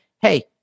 hey